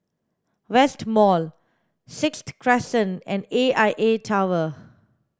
West Mall Sixth Crescent and A I A Tower